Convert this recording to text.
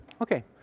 Okay